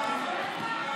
אם כך,